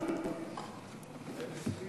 "מיינסטרים".